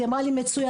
היא אמרה לי מצוין.